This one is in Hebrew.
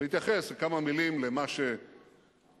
ולהתייחס בכמה מלים למה שאומרים,